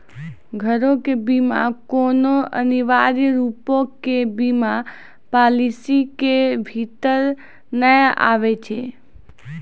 घरो के बीमा कोनो अनिवार्य रुपो के बीमा पालिसी के भीतर नै आबै छै